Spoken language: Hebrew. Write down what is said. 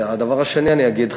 הדבר השני שאני אגיד,